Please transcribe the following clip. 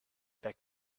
back